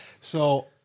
So-